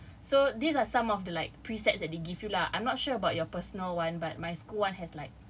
ya so these are some of the like preset that they give you lah I'm not sure about your personal [one] but my school [one] has like